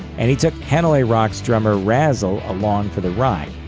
and he took hanoi rocks drummer razzle along for the ride.